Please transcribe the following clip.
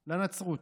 לנצרות.